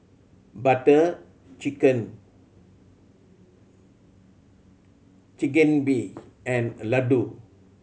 Butter Chicken Chigenabe and Ladoo